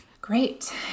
Great